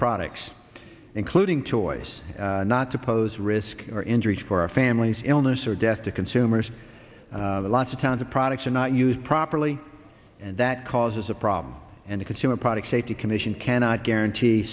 products including toys not supposed risk or injury for our families illness or death to consumers lots of times the products are not used properly and that causes a problem and the consumer product safety commission cannot guarantee